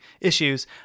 issues